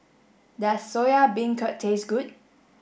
does Soya Beancurd taste good